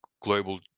global